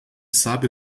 sabe